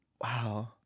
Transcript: wow